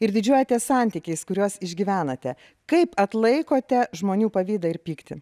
ir didžiuojatės santykiais kuriuos išgyvenate kaip atlaikote žmonių pavydą ir pyktį